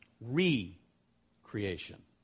Re-creation